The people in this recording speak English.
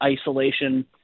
isolation